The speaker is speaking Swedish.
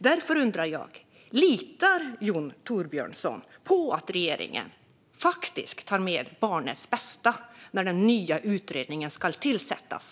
Därför undrar jag: Litar Jon Thorbjörnson på att regeringen faktiskt tar med barnets bästa när den nya utredningen ska tillsättas?